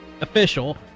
official